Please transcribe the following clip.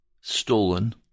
stolen